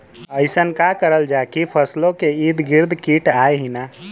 अइसन का करल जाकि फसलों के ईद गिर्द कीट आएं ही न?